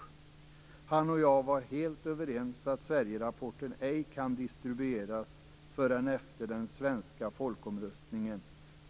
Han och jag var helt överens att Sverigerapporten ej kan distribueras förrän efter den svenska folkomröstningen ."